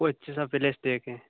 कोई अच्छा सा प्लेस देखें